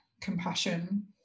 compassion